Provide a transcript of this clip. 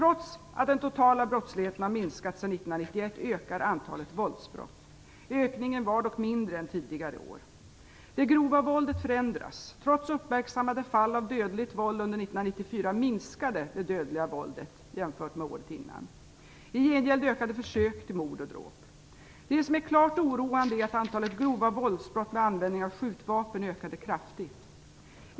Trots att den totala brottsligheten har minskat sedan 1991 ökar antalet våldsbrott. Ökningen var dock mindre än tidigare år. Det grova våldet förändras. Trots uppmärksammade fall av dödligt våld under 1994 minskade det dödliga våldet jämfört med året innan. I gengäld ökade antalet försök till mord och dråp. Det som är klart oroande är att antalet grova våldsbrott med användning av skjutvapen ökade kraftigt.